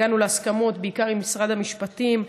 הגענו להסכמות בעיקר עם משרד המשפטים.